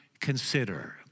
consider